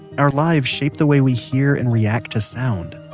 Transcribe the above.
our lives shape the way we hear and react to sound.